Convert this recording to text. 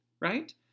right